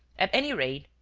at any rate,